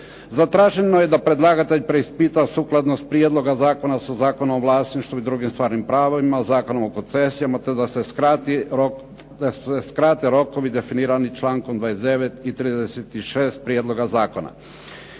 Zatraženo je da predlagatelj preispita sukladno s prijedlogom zakona sa Zakonom o vlasništvu i drugim stvarnim pravima, Zakon o koncesijama, te da se skrate rokovi definirani člankom 29. i 36. prijedloga zakona.